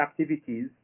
activities